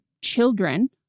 children